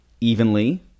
evenly